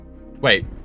Wait